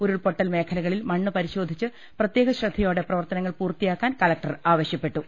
ഉരുൾപൊട്ടൽ മേഖലകളിൽ മണ്ണ് പരിശോധിച്ച് പ്രത്യേക ശ്രദ്ധയോടെ പ്രവർത്തനങ്ങൾ പൂർത്തിയാക്കാൻ കലക്ടർ ആവശ്യപ്പെട്ടു